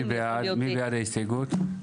מי בעד הסתייגות 85?